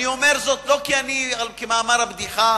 אני אומר זאת לא כמאמר הבדיחה